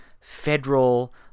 federal